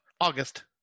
august